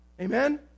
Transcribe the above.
Amen